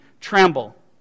tremble